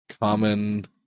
common